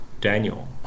Daniel